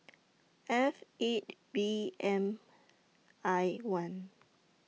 F eight V M I one